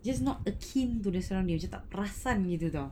just not akin to the surrounding macam tak perasan gitu [tau]